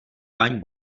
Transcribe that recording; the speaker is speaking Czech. paní